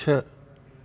छह